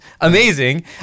Amazing